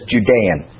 Judean